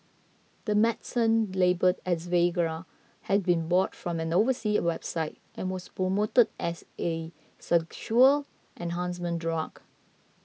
the medicine labelled as Viagra had been bought from an oversea website and was promoted as a sexual enhancement drug